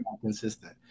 Consistent